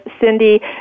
Cindy